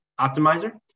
optimizer